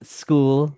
school